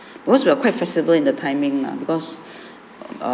because we are quite flexible in the timing lah because err